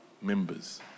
members